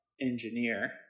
engineer